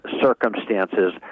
circumstances